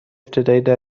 ابتدایی